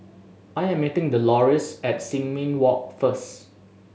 I'm meeting Delores at Sin Ming Walk first